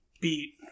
beat